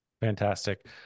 Fantastic